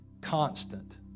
constant